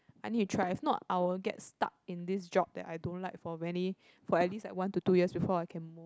I need to try if not I will get stuck in this job that I don't like for many for at least like one to two years before I can move